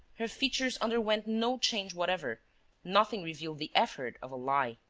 her features underwent no change whatever nothing revealed the effort of a lie.